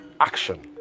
action